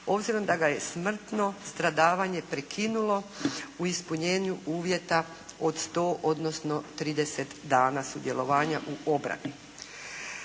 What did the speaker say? obzirom da ga je smrtno stradavanje prekinulo u ispunjenju uvjeta od 100 odnosno 30 dana sudjelovanja u obrani.